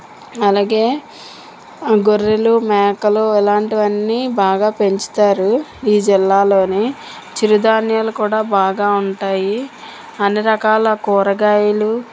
అలాగే గొర్రెలు మేకలు ఇలాంటివి అన్నీ బాగా పెంచుతారు ఈ జిల్లాలో చిరుధాన్యాలు కూడా బాగా ఉంటాయి అన్నీ రకాల కూరగాయలు